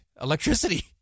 Electricity